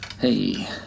Hey